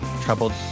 troubled